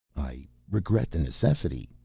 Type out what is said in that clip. i regret the necessity,